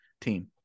team